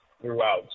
throughout